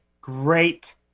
great